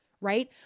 Right